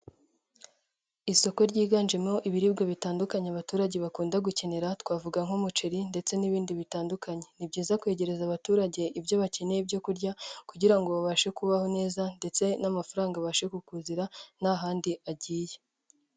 Isoko ryiganjemo ibiribwa bitandukanye abaturage bakunda gukenera twavuga nk'umuceri ndetse n'ibindi bitandukanye, ni byiza kwegereza abaturage ibyo bakeneye byo kurya, kugira ngo babashe kubaho neza ndetse n'amafaranga abashe kukuzira ntahandi agiye.